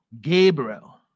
Gabriel